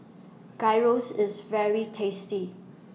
Gyros IS very tasty